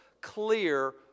clear